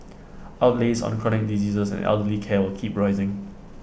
outlays on chronic diseases and elderly care will keep rising